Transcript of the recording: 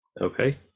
Okay